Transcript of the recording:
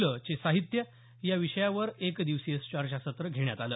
लं चे साहित्य या विषयावर एकदिवसीय चर्चासत्र घेण्यात आलं